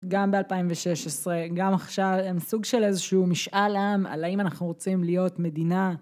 גם ב-2016, גם עכשיו, הם סוג של איזשהו משאל עם על האם אנחנו רוצים להיות מדינה.